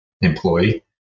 employee